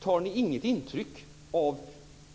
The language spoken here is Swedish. Tar ni inget intryck av